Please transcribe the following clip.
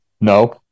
no